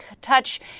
touch